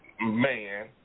man